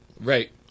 Right